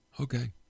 Okay